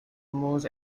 most